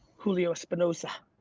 julio spinosa